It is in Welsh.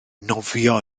nofio